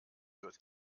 wird